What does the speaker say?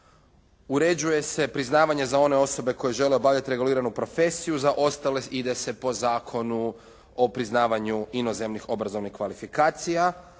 Uređuje se priznavanja za one osobe koje žele obavljati reguliranu profesiju. Za ostale ide se po Zakonu o priznavanju inozemnih obrazovnih kvalifikacija.